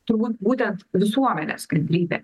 turbūt būtent visuomenės kantrybė